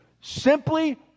Simply